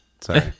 Sorry